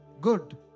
good